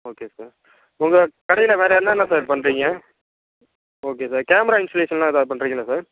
okay sir உங்கள் கடையில் வேற என்னென்ன சார் பண்ணுறிங்க ஓகே சார் கேமரா இன்ஸ்டுலேசன் ஏதாவது பண்ணுறிங்களா சார்